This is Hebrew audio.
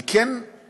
אני כן מסכים,